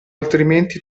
altrimenti